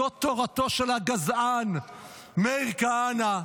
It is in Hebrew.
זו תורתו של הגזען מאיר כהנא,